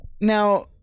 Now